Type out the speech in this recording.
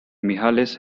mihalis